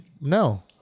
No